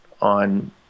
on